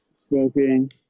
smoking